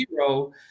zero